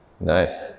nice